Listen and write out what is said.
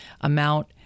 amount